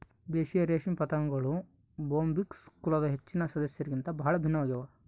ದೇಶೀಯ ರೇಷ್ಮೆ ಪತಂಗಗಳು ಬೊಂಬಿಕ್ಸ್ ಕುಲದ ಹೆಚ್ಚಿನ ಸದಸ್ಯರಿಗಿಂತ ಬಹಳ ಭಿನ್ನವಾಗ್ಯವ